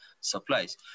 supplies